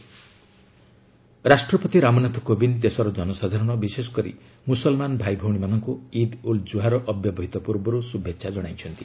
ଇଦ୍ ଉଲ୍ ଜୁହା ରାଷ୍ଟ୍ରପତି ରାମନାଥ କୋବିନ୍ଦ ଦେଶର ଜନସାଧାରଣ ବିଶେଷ କରି ମୁସଲମାନ ଭାଇ ଭଉଣୀମାନଙ୍କୁ ଇଦ୍ ଉଲ୍ ଜୁହାର ଅବ୍ୟବହିତ ପୂର୍ବରୁ ଶୁଭେଚ୍ଛା ଜଣାଇଛନ୍ତି